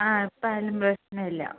ആ എപ്പോൾ ആയാലും പ്രശ്നമില്ല